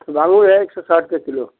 बांगूर है एक सौ साठ रुपया किलो